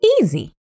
Easy